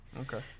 okay